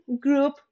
group